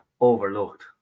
overlooked